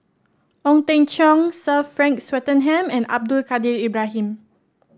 Ong Teng Cheong Sir Frank Swettenham and Abdul Kadir Ibrahim